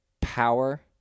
power